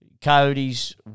Coyotes